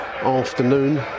afternoon